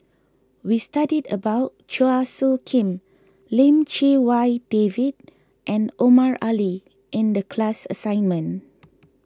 we studied about Chua Soo Khim Lim Chee Wai David and Omar Ali in the class assignment